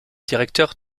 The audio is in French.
directeur